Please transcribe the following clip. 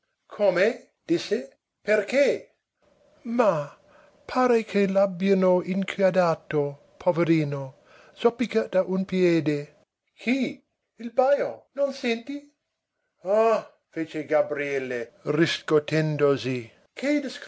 come disse perché mah pare che l'abbiano inchiodato poverino zoppica da un piede chi il bajo non senti ah fece gabriele riscotendosi che